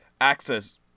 access